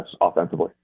offensively